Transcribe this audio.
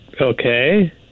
Okay